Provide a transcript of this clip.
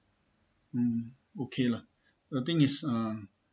mm okay lah the thing is um